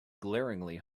glaringly